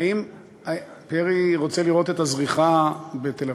פרי רוצה לראות את הזריחה בתל-אביב,